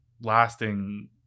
lasting